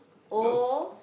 no